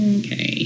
okay